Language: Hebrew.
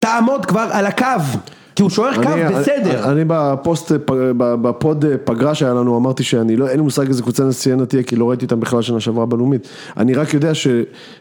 תעמוד כבר על הקו, כי הוא שוער קו בסדר. אני בפוסט, בפוד פגרה שהיה לנו, אמרתי שאני לא, אין לי מושג איזה קבוצה נסיינה תהיה כי לא ראיתי אותה בכלל בשנה שעברה בלאומית, אני רק יודע ש...